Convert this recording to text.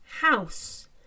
house